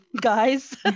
guys